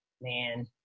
man